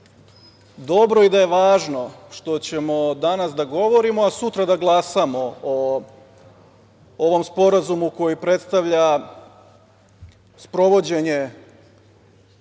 dobro i da je važno što ćemo danas da govorimo, a sutra da glasamo o ovom sporazumu koji predstavlja sprovođenje